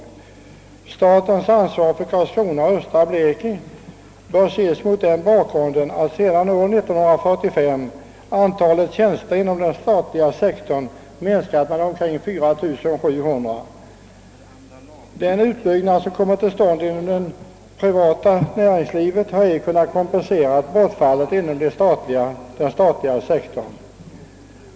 östra Blekinge bör ses mot bakgrunden av att antalet tjänster inom den statliga sektorn sedan 1945 minskat med omkring 4 700. Den utbyggnad som kommit till stånd inom det privata näringslivet har ej kunnat kompensera bortfallet inom den statliga sektorn.